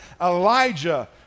Elijah